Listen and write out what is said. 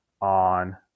on